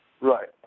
Right